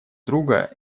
друга